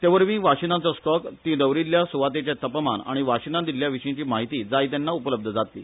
ते वरवी वाशीनाचो स्टाँक ती दवरिल्ल्या सुवातेचे तपमान आनी वाशीना दिल्ल्यांविशींची म्हायती जाय तेन्ना उपलब्ध जातली